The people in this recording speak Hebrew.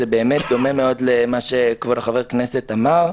זה באמת דומה מאוד למה שכבוד חבר הכנסת אמר,